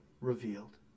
revealed